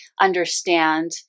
understand